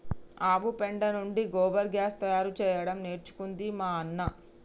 ఆవు పెండ నుండి గోబర్ గ్యాస్ తయారు చేయడం నేర్చుకుంది మా అన్న